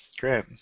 great